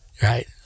right